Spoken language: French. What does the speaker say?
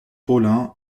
paulin